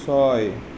ছয়